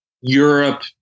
Europe